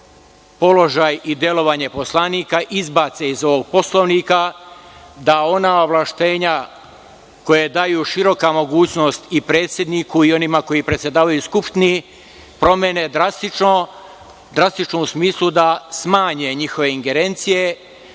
i delovanje poslanika izbace iz ovog Poslovnika, da ona ovlašćenja koja daju široku mogućnost i predsedniku i onima koji predsedavaju Skupštinom promene drastično u smislu da smanje njihove ingerencije,